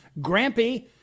Grampy